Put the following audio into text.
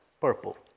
purple